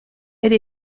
elle